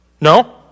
No